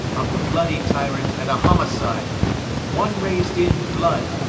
a bloody tyrant and a homicide one rais'd in blood,